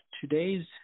today's